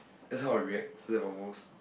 that's how I react first and foremost